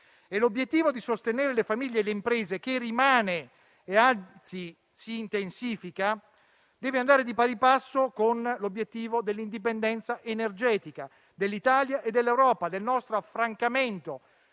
L'obiettivo di sostenere le famiglie e le imprese - che rimane e, anzi, si intensifica - deve andare di pari passo con gli obiettivi dell'indipendenza energetica dell'Italia e dell'Europa, del nostro affrancamento